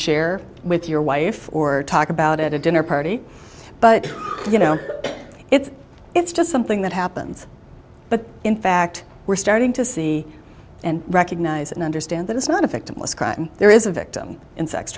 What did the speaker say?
share with your wife or talk about at a dinner party but you know it's it's just something that happens but in fact we're starting to see and recognize and understand that it's not a victimless crime there is a victim in se